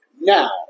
Now